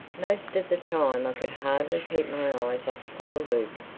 most of the time i could hardly keep my eyes off poor luke,